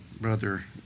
Brother